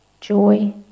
joy